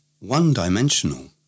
One-dimensional